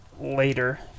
later